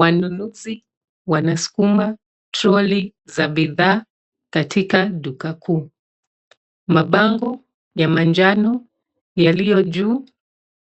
Wanunuzi wanasukuma troli za bidhaa katika duka kubwa. Mabango ya manjano yaliyo juu